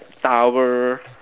towel